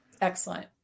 Excellent